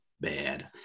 bad